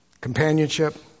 Companionship